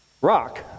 Rock